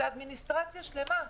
זה אדמיניסטרציה שלמה.